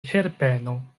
herbeno